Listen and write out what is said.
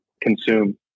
consume